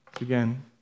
Again